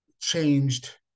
changed